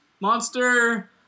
monster